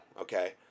okay